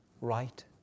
right